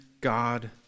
God